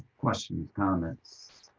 questions, comments?